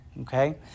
Okay